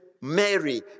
Mary